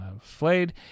flayed